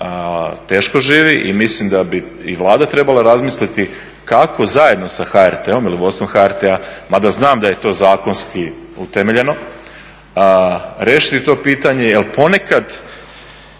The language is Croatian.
teško živi i mislim da bi i Vlada trebala razmisliti kako zajedno sa HRT-om ili vodstvom HRT-a mada znam da je to zakonski utemeljeno riješiti to pitanje jer ponekad